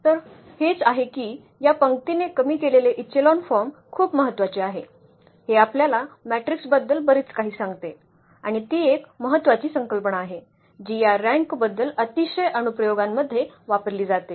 तर हेच आहे की या पंक्तीने कमी केलेले इचेलॉन फॉर्म खूप महत्वाचे आहे हे आपल्याला मॅट्रिक्स बद्दल बरेच काही सांगते आणि ती एक महत्वाची संकल्पना आहे जी या रँक बद्दल अतिशय अनुप्रयोगांमध्ये वापरली जाते